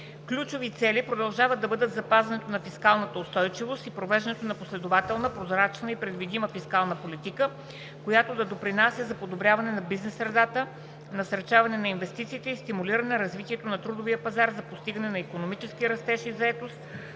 Ключови цели продължават да бъдат запазването на фискалната устойчивост и провеждането на последователна, прозрачна и предвидима фискална политика, която да допринася за подобряване на бизнес средата, насърчаване на инвестициите и стимулиране развитието на трудовия пазар за постигане на икономически растеж и заетост,